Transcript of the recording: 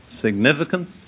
significance